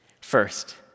First